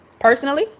Personally